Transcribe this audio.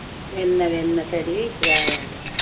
వెన్న వెన్న తడి రాయాలి